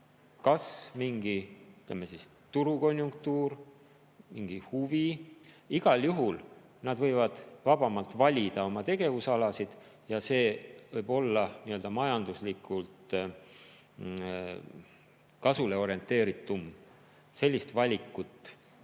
kas mingisugune turukonjunktuur, mingi huvi, aga igal juhul nad võivad vabamalt valida oma tegevusala ja see võib rohkem olla majanduslikult kasule orienteeritud. Sellist valikut